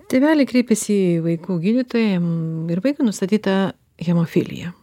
tėveliai kreipėsi į vaikų gydytojam ir vaikui nustatyta hemofilija